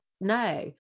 no